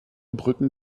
brücken